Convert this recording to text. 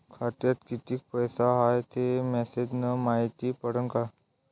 खात्यात किती पैसा हाय ते मेसेज न मायती पडन का?